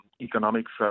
Economics